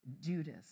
Judas